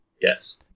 Yes